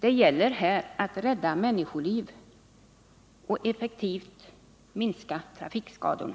Det gäller här att rädda människoliv och effektivt minska trafikskadorna.